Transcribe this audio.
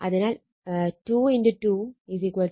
അതിനാൽ 22 4 cm2